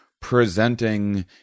presenting